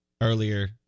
earlier